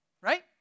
Right